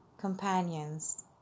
companions